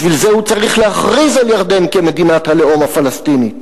בשביל זה הוא צריך להכריז על ירדן כמדינת הלאום הפלסטינית.